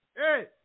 Hey